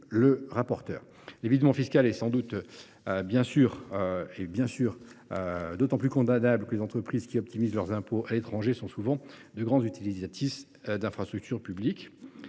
l’a indiqué. L’évitement fiscal est d’autant plus condamnable que les entreprises qui optimisent leurs impôts à l’étranger sont souvent de grandes utilisatrices d’infrastructures publiques.